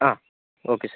ആ okay sir